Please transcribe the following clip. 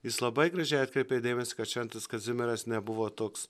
jis labai gražiai atkreipė dėmesį kad šventas kazimieras nebuvo toks